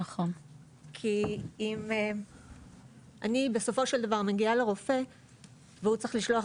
כי אם אני בסופו של דבר מגיעה לרופא והוא צריך לשלוח